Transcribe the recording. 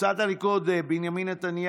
קבוצת סיעת הליכוד: חברי הכנסת בנימין נתניהו,